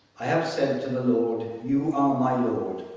i have said to the lord, you are my lord,